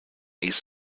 east